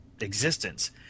existence